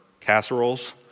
casseroles